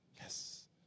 Yes